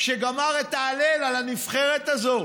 שגמר את ההלל על הנבחרת הזו.